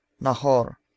Nahor